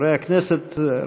חברי הכנסת,